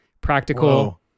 practical